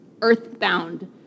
earthbound